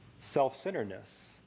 self-centeredness